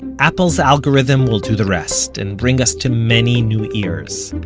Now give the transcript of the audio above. apple's algorithm will do the rest, and bring us to many new ears.